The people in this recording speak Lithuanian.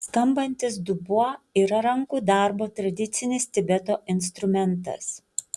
skambantis dubuo yra rankų darbo tradicinis tibeto instrumentas